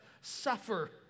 suffer